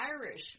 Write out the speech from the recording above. Irish